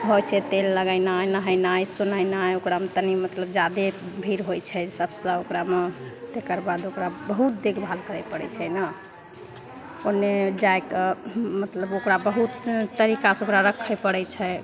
होइ छै तेल लगेनाइ नहेनाइ सोनेनाइ ओकरामे तनि मतलब जादे भीड़ होइ छै सबसे ओकरामे तकर बाद ओकरा बहुत देखभाल करै पड़ै छै ने ओन्ने जाइके मतलब ओकरा बहुत तरीकासे ओकरा राखै पड़ै छै